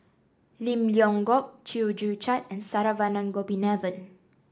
Lim Leong Geok Chew Joo Chiat and Saravanan Gopinathan